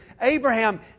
Abraham